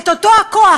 את אותו הכוח,